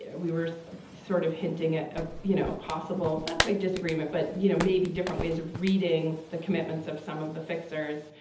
we were so sort of hinting at, ah you know, a possible black-white disagreement. but, you know, maybe different ways of reading the commitments of some of the fixers.